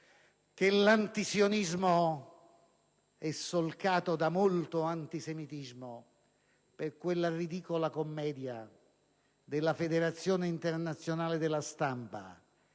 l'antisionismo è solcato da molto antisemitismo, come dimostra la ridicola commedia della Federazione internazionale della stampa